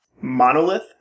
Monolith